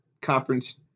conference